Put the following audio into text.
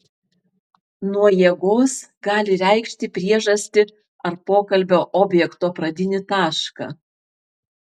nuo jėgos gali reikšti priežastį ar pokalbio objekto pradinį tašką